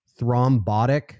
thrombotic